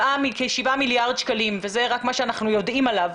כשבעה מיליארד שקלים וזה רק מה שאנחנו יודעים עליו.